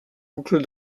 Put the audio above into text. boucles